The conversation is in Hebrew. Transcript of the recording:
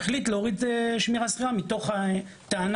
החליט להוריד שמירה סדירה מתוך הטענה